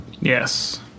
yes